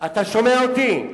אתה שומע אותי?